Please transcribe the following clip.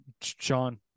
Sean